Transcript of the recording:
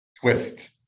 Twist